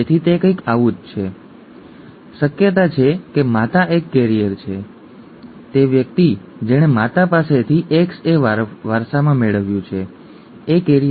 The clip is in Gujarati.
તેથી તે કંઈક આવું જ છે શક્યતા છે કે માતા એક કૈરિયર છે Xa 14 પર જાય છે અથવા આ Xa બની ગયું છે તે વ્યક્તિ જેણે માતા પાસેથી Xa વારસામાં મેળવ્યું છે ઠીક છે